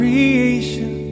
Creation